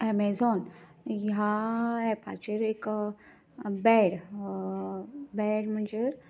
Amazon ह्या ऍपाचेर एक बॅड बॅड म्हणजे